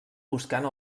buscant